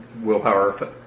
willpower